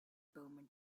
bowman